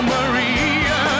Maria